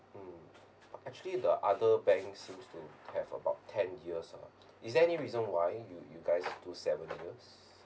mm actually the other bank seems to have about ten years ah is there any reason why you you guys do seven years